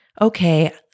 okay